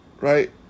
right